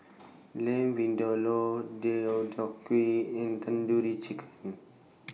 Lam Vindaloo Deodeok Gui and Tandoori Chicken